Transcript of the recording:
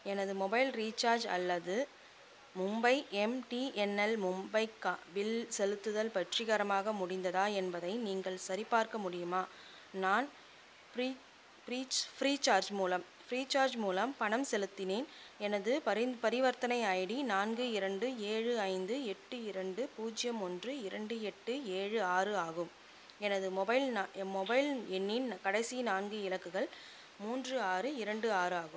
எனது mobile recharge அல்லது Mumbai MTNL மும்பைக்கான பில் செலுத்துதல் வெற்றிகரமாக முடிந்ததா என்பதை நீங்கள் சரிபார்க்க முடியுமா நான் ஃப்ரீ ஃப்ரீச் ஃப்ரீசார்ஜ் மூலம் ஃப்ரீசார்ஜ் மூலம் பணம் செலுத்தினேன் எனது பரிந்த பரிவர்த்தனை ஐடி நான்கு இரண்டு ஏழு ஐந்து எட்டு இரண்டு பூஜ்ஜியம் ஒன்று இரண்டு எட்டு ஏழு ஆறு ஆகும் எனது மொபைல் நா மொபைல் எண்ணின் கடைசி நான்கு இலக்கங்கள் மூன்று ஆறு இரண்டு ஆறு ஆகும்